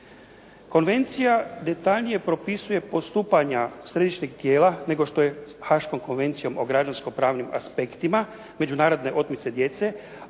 Konvencija detaljnije propisuje postupanja središnjeg tijela, nego što je haškom Konvencijom o građansko-pravnim aspektima međunarodne djece,